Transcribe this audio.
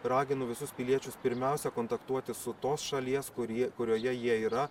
raginu visus piliečius pirmiausia kontaktuoti su tos šalies kurie kurioje jie yra